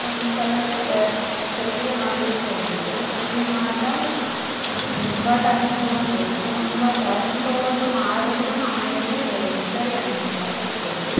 ಒಂದು ಸಲಕ್ಕೆ ಚಕ್ಕುಲಿ ಮಾಡ್ಲಿಕ್ಕೆ ಹೋಗಿದ್ದೆ ಚಕ್ಕುಲಿ ಮಾಡ್ತಾ ಅದು ತುಂಬ ಟೈಮ್ ತೊಗೊಂಡು ತುಂಬ ಟೈಮ್ ತೊಗೊಂಡು ಮಾಡಿದ್ರು ಆಮೇಲೆ ಸರಿ ಅನ್ನಿಸ್ಲಿಲ್ಲ ಕೆಟ್ಟು ಬಿಡ್ತು